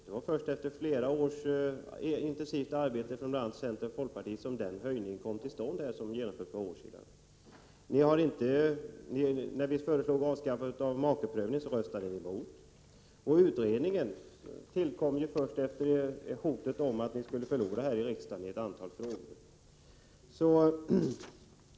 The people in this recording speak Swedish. Det var först efter flera års intensivt arbete från bl.a. centern och folkpartiet som den höjning som gjordes för några år sedan kom till stånd. När vi föreslog avskaffandet av äktamakeprövningen röstade ni emot. Utredningen härom tillkom först efter hotet om att ni skulle förlora här i riksdagen i ett antal frågor.